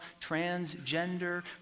transgender